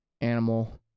animal